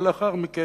אבל לאחר מכן,